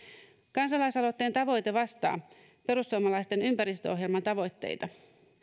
kansalaisaloitteen tavoite vastaa perussuomalaisten ympäristöohjelman tavoitteita